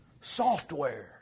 Software